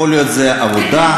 יכול להיות שזה העבודה,